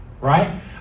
right